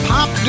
Pop